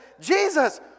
Jesus